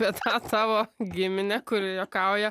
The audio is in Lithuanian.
bet ką savo gimine kuri juokauja